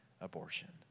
abortion